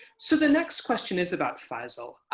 so the next question is about faisal.